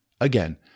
Again